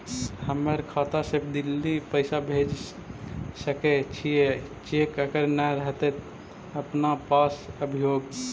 हमर खाता से दिल्ली पैसा भेज सकै छियै चेक अगर नय रहतै अपना पास अभियोग?